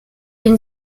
den